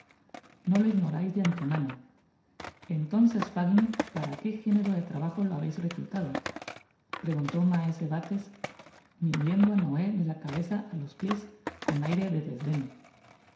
no lo ignorais de antemano entonces fagin para que género de trabajo lo habeis reclutado preguntó maese bates midiendo á noé de la gabeza á lo piés ctiii airé de desden